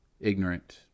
ignorant